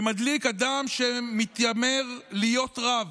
שמדליק אדם שמתיימר להיות רב,